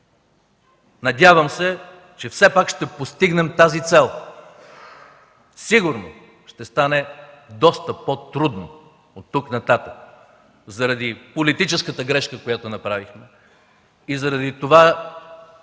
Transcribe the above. Надявам се, че все пак ще постигнем тази цел. Сигурно ще стане доста по-трудно от тук нататък заради политическата грешка, която направихме, и заради това,